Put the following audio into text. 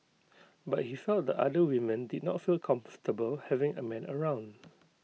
but he felt the other women did not feel comfortable having A man around